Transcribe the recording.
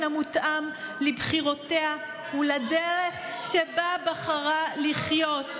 המותאם לבחירותיה ולדרך שבה בחרה לחיות.